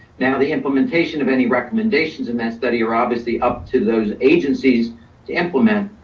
now, the implementation of any recommendations in that study are obviously up to those agencies to implement,